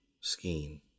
skiing